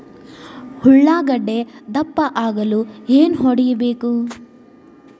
ಉಳ್ಳಾಗಡ್ಡೆ ದಪ್ಪ ಆಗಲು ಏನು ಹೊಡಿಬೇಕು?